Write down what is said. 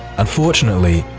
unfortunately,